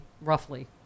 roughly